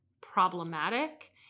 problematic